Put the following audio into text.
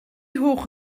hoch